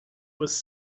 was